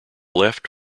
left